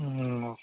ம் ஓகே